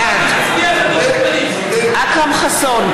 בעד אכרם חסון,